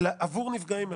עבור נפגעי מירון.